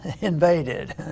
invaded